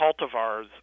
cultivars